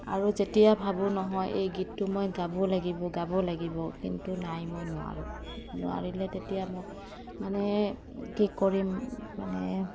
আৰু যেতিয়া ভাবোঁ নহয় এই গীতটো মই গাব লাগিব গাব লাগিব কিন্তু নাই মই নোৱাৰোঁ নোৱাৰিলে তেতিয়া মই মানে কি কৰিম মানে